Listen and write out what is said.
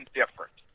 different